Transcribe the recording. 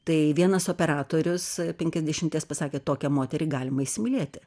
tai vienas operatorius penkiasdešimties pasakė tokią moterį galima įsimylėti